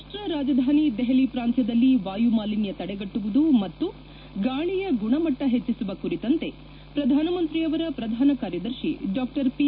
ರಾಷ್ಟ ರಾಜಧಾನಿ ದೆಹಲಿ ಪ್ರಾಂತ್ವದಲ್ಲಿ ವಾಯುಮಾಲಿನ್ನ ತಡೆಗಟ್ಟುವುದು ಮತ್ತು ಗಾಳಿಯ ಗುಣಮಟ್ಟ ಹೆಜ್ಜಿಸುವ ಕುರಿತಂತೆ ಪ್ರಧಾನ ಮಂತ್ರಿಯವರ ಪ್ರಧಾನ ಕಾರ್ಯದರ್ಶಿ ಡಾ ಪಿ